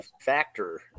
factor